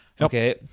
Okay